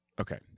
Okay